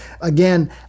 Again